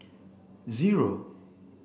zero